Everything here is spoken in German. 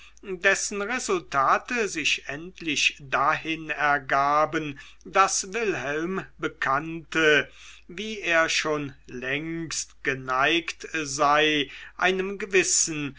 dessen resultate sich endlich dahin ergaben daß wilhelm bekannte wie er schon längst geneigt sei einem gewissen